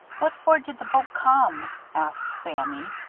what for did the boat come? asked sammy.